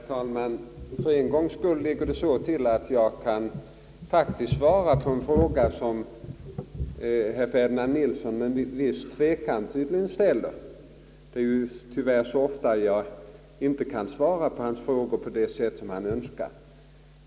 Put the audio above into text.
Herr talman! För en gångs skull ligger det så till att jag faktiskt kan svara på en fråga som herr Ferdinand Nilsson tydligen med viss tvekan ställer. Det är tyvärr ofta så att jag inte kan svara på hans frågor på det sätt som han önskar.